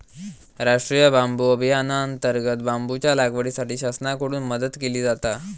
राष्टीय बांबू अभियानांतर्गत बांबूच्या लागवडीसाठी शासनाकडून मदत केली जाता